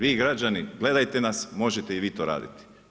Vi građani, gledajte nas, možete i vi to raditi.